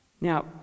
Now